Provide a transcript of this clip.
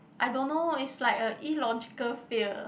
I don't know is like a illogical fear